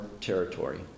territory